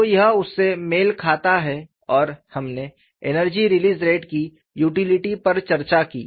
तो यह उससे मेल खाता है और हमने एनर्जी रिलीज़ रेट की यूटिलिटी पर चर्चा की